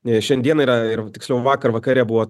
šiandien yra ir tiksliau vakar vakare buvo